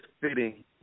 fitting